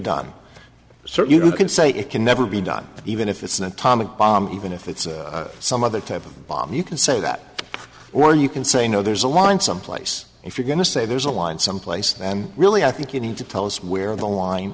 you can say it can never be done even if it's an atomic bomb even if it's some other type of bomb you can say that or you can say no there's a line someplace if you're going to say there's a line someplace and really i think you need to tell us where the line